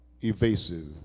evasive